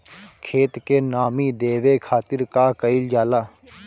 खेत के नामी देवे खातिर का कइल जाला?